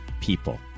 people